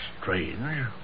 strange